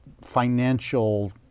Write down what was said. financial